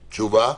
תשובה.